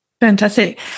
Fantastic